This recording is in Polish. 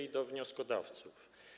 i do wnioskodawców.